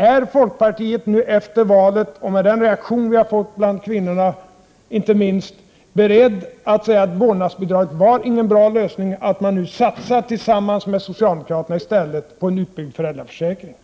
Är folkpartiet nu, efter valet och med hänsyn till den reaktion vi har fått inte minst bland kvinnorna, berett att säga att vårdnadsbidraget inte var någon bra lösning och att ni nu i stället tillsammans med socialdemokraterna vill satsa på en utbyggd föräldraförsäkring?